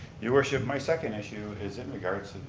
your worship my second issue is in regards